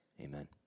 Amen